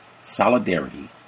solidarity